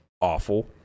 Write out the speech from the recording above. awful